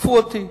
תקפו אותי.